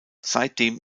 seitdem